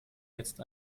jetzt